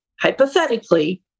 hypothetically